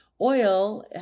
Oil